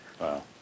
Wow